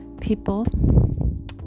people